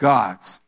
God's